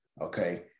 okay